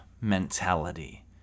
mentality